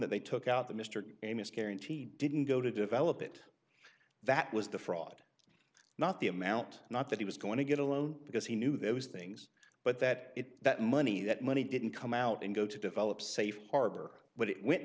that they took out the mr amos guarantee didn't go to develop it that was the fraud not the amount not that he was going to get a loan because he knew those things but that it that money that money didn't come out and go to develop safe harbor